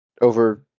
over